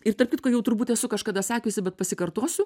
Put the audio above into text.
ir tarp kitko jau turbūt esu kažkada sakiusi bet pasikartosiu